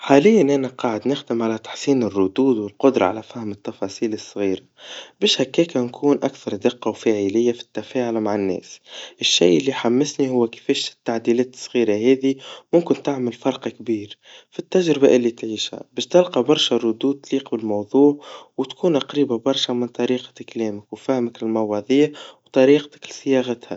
حالياً أنا قاعد نخدم على تحسين الردود, والقدرا على فهم التفاصيل الصغيرا, بش هكاكا نكون أكثر دقا وفاعليا في التفاعل مع الناس, الشي اللي حمسني, هوا كيفاش التعديلات الصغير هذي ممكن تعل فرق كبير في التجربة اللي تعيشها, باش تلقا برشا ردود لكل موضوع, وتكون قريبا برشا من طرقة كلامك, وفهمك للمواضيع, وطرقتك لصياعتها.